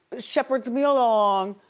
shepherds me along,